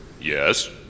Yes